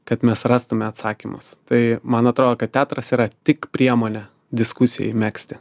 kad mes rastume atsakymus tai man atrodo kad teatras yra tik priemonė diskusijai megzti